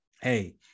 hey